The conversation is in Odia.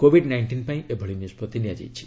କୋବିଡ୍ ନାଇଷ୍ଟିନ୍ ପାଇଁ ଏଭଳି ନିଷ୍କଭି ନିଆଯାଇଛି